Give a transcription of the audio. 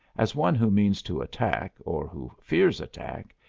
as one who means to attack, or who fears attack,